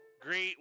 great